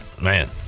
Man